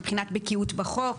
מבחינת בקיאות בחוק,